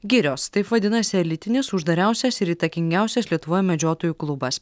girios taip vadinasi elitinis uždariausias ir įtakingiausias lietuvoje medžiotojų klubas